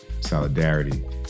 Solidarity